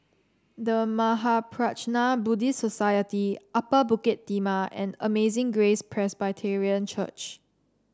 The Mahaprajna Buddhist Society Upper Bukit Timah and Amazing Grace Presbyterian Church